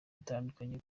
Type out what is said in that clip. atandukanye